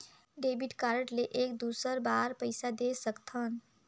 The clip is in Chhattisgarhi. डेबिट कारड ले एक दुसर बार पइसा दे सकथन?